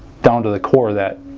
down to the core that